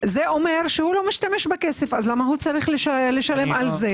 אומר שלא משתמשים בכסף, ואז למה צריך לשלם עליו?